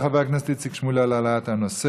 תודה רבה לחבר הכנסת איציק שמולי על העלאת הנושא.